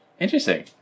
Interesting